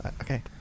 okay